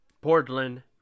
Portland